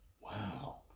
Wow